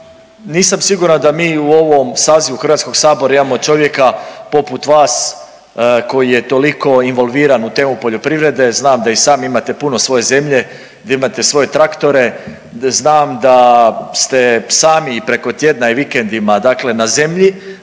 nisam siguran da mi u ovom sazivu Hrvatskog sabora imamo čovjeka poput vas koji je toliko involviran u temu poljoprivrede. Znam da i sam imate puno svoje zemlje gdje imate svoje traktore, znam da ste sami i preko tjedna i vikendima, dakle na zemlji,